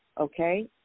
Okay